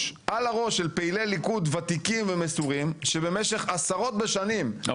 של פעילי ליכוד ותיקים ומסורים שבמשך עשרות בשנים מייצגים את --- לא,